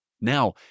Now